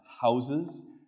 houses